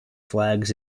flags